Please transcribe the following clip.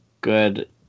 good